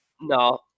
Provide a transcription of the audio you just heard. no